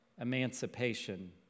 emancipation